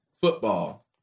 football